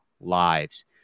lives